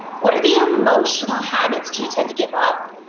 what are the emotional habits do you tend to give up?